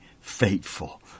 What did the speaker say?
faithful